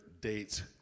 dates